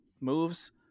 moves